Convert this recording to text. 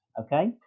okay